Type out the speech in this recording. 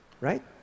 Right